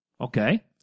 Okay